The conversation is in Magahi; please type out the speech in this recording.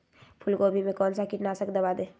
फूलगोभी में कौन सा कीटनाशक दवा दे?